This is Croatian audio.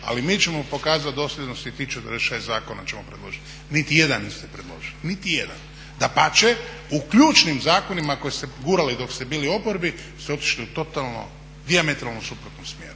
ali mi ćemo pokazat dosljednost i tih 46 zakona ćemo predložit. Niti jedan niste predložili, niti jedan. Dapače, u ključnim zakonima koje ste gurali dok ste bili u oporbi ste otišli totalno u dijametralno suprotnom smjeru.